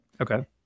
Okay